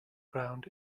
ground